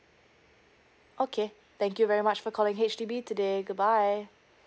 okay thank you very much for calling H_D_B today good bye